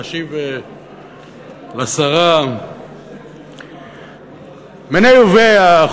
להשיב לשרה מיניה וביה.